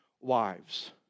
wives